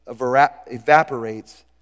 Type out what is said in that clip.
evaporates